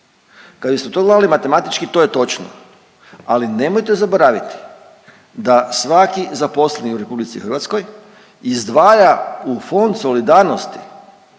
Kad bismo to gledali matematički to je točno, ali nemojte zaboraviti da svaki zaposleni u RH izdvaja u Fond solidarnosti,